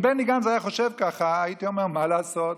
אם בני גנץ היה חושב ככה, הייתי אומר: מה לעשות.